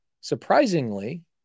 surprisingly